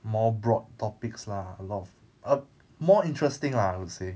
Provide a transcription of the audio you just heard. more broad topics lah a lot of uh more interesting lah I would say